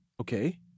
Okay